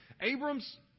Abram's